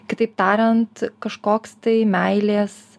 kitaip tariant kažkoks tai meilės